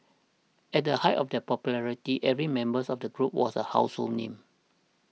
at the height of their popularity every members of the group was a household name